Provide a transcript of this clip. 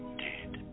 dead